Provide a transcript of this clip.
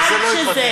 עד שזה,